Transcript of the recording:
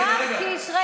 יואב קיש, רגע.